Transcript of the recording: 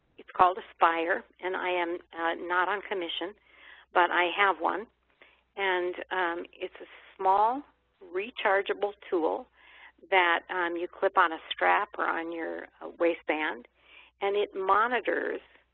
called a spire and i am not on commission but i have one and it's a small rechargeable tool that you clip on a strap or on your ah waistband and it monitors